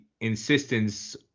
insistence